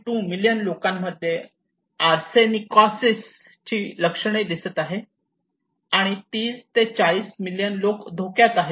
2 million लोकांमध्ये अर्सेनिकॉसिस ची लक्षणे दिसत आहेत आणि 30 ते 40 मिलियन लोक धोक्यात आहे